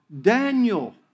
Daniel